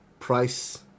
Price